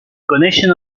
coneixen